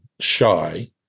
shy